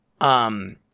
um-